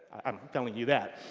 i'm telling you that.